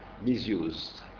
misused